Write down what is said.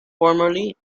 formerly